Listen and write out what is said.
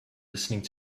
listening